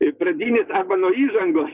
į pradinis arba nuo įžangos